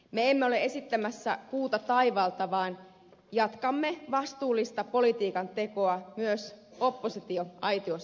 me emme ole esittämässä kuuta taivaalta vaan jatkamme vastuullista politiikantekoa myös oppositioaitiosta käsin